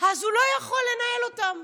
אז הוא לא יכול לנהל אותם.